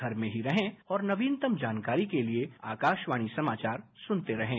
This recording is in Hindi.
घर में ही रहें और नवीनतम जानकारी के लिए आकाशवाणी समाचार सुनते रहें